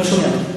גיבור ישראל.